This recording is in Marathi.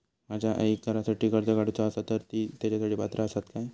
माझ्या आईक घरासाठी कर्ज काढूचा असा तर ती तेच्यासाठी पात्र असात काय?